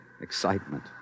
excitement